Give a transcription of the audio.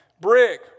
brick